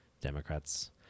Democrats